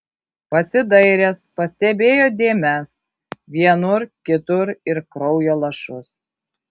pasidairęs pastebėjo dėmes vienur kitur ir kraujo lašus